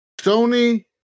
Sony